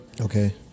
Okay